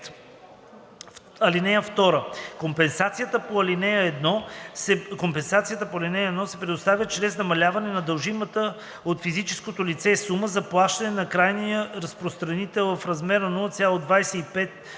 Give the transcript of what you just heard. обект; (2) Компенсацията по ал. 1 се предоставя чрез намаляване на дължимата от физическото лице сума за плащане на крайния разпространител в размер на 0,25 лв.